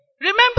remember